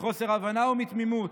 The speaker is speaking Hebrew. מחוסר הבנה ומתמימות.